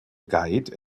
guide